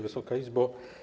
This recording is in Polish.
Wysoka Izbo!